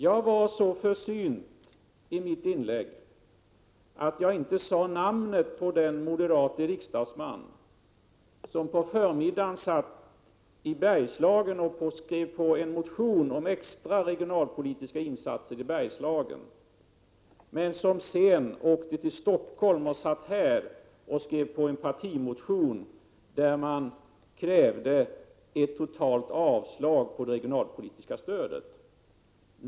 Jag var så försynt i mitt inlägg att jag inte sade namnet på den moderate riksdagsman som på förmiddagen satt i Bergslagen och skrev på en motion om extra regionalpolitiska insatser till Bergslagen men som sedan åkte till Stockholm och skrev på en partimotion med krav om ett totalt avslag på det regionalpolitiska stödet.